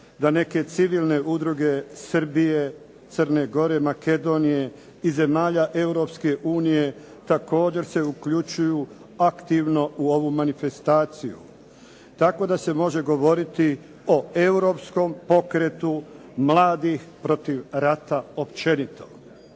da neke civilne udruge Srbije, Crne Gore, Makedonije i zemalja Europske unije također se uključuju aktivno u ovu manifestaciju, tako da se može govoriti o europskom pokretu mladih protiv rata općenito.